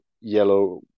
yellow